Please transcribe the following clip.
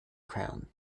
crown